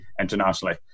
internationally